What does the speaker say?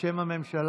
בשם הממשלה.